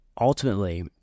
ultimately